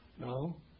No